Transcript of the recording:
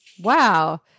wow